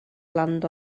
land